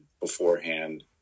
beforehand